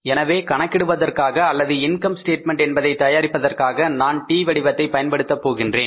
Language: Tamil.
எனவே கணக்கிடுவதற்காக அல்லது இன்கம் ஸ்டேட்மெண்ட் என்பதை தயாரிப்பதற்காக நான் T வடிவத்தைப் பயன்படுத்தப் போகிறேன்